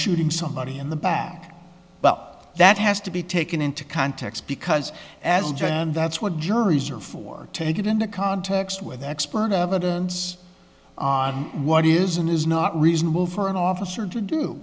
shooting somebody in the back but that has to be taken into context because as john and that's what juries are for take it into context with expert evidence on what is and is not reasonable for an officer to do